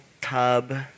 tub